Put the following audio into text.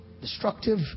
destructive